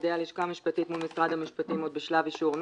ידי הלשכה המשפטית מול משרד המשפטים בשלב אישור נוסח,